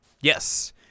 yes